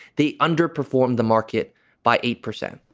the underperformed the market by eight percent.